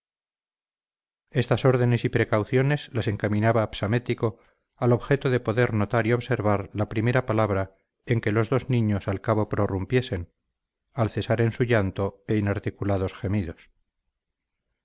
estas órdenes y precauciones las encaminaba psamético al objeto de poder notar y observar la primera palabra en que los dos niños al cabo prorrumpiesen al cesar en su llanto e inarticulados gemidos